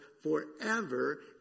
forever